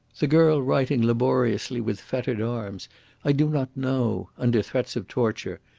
the girl writing laboriously with fettered arms i do not know under threats of torture,